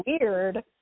weird